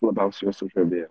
labiausiai sužavėjo